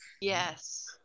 Yes